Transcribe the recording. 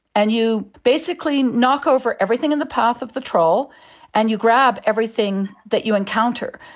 and you basically knock over everything in the path of the trawl and you grab everything that you encounter.